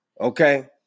okay